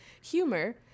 humor